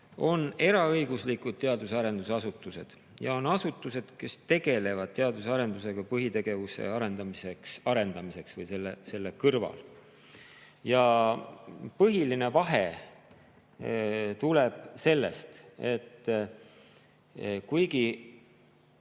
on eraõiguslikud teadus- ja arendusasutused ja on asutused, kes tegelevad teaduse ja arendusega põhitegevuse arendamiseks või selle kõrval. Põhiline vahe tuleb sellest, et kuigi